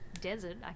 desert